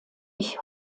ich